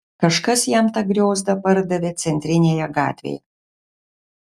kažkas jam tą griozdą pardavė centrinėje gatvėje